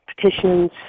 Petitions